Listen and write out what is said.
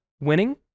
winning